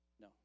No